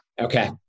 Okay